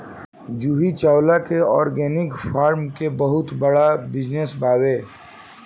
जूही चावला के organic farm के बहुते बड़ बिजनस बावे